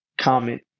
comment